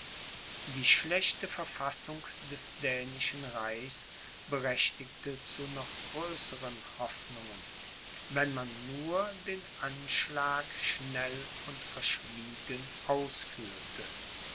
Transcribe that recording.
die schlechte verfassung des dänischen reichs berechtigte zu noch größeren hoffnungen wenn man nur den anschlag schnell und verschwiegen ausführte